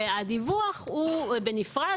והדיווח הוא בנפרד,